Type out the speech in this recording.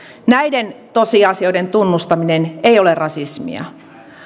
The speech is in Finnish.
näiden tosiasioiden tunnustaminen ei ole rasismia